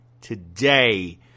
Today